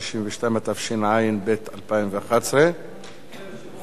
התשע"ב 2012. אני ממתין,